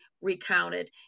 recounted